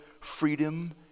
freedom